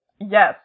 Yes